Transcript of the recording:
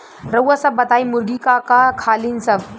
रउआ सभ बताई मुर्गी का का खालीन सब?